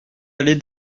allée